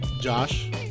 Josh